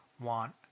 want